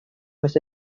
was